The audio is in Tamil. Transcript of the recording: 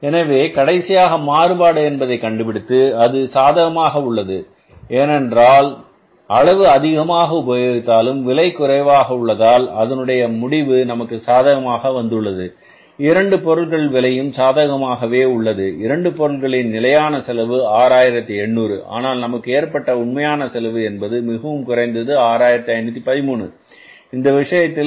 எனவே கடைசியாக மாறுபாடு என்பதை கண்டுபிடித்து அது சாதகமாக உள்ளது ஏனென்றால் அளவு அதிகமாக உபயோகித்தாலும் விலை குறைவாக உள்ளதால் அதனுடைய முடிவு நமக்கு சாதகமாகவே வந்துள்ளது 2 பொருட்களின் விலையும் சாதகமாகவே உள்ளது இரண்டு பொருட்களின் நிலையான செலவு 6800 ஆனால் நமக்கு ஏற்பட்ட உண்மையான செலவு என்பது மிகவும் குறைந்தது 6513 இந்த விஷயத்தில் 6513